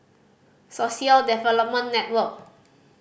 Social Development Network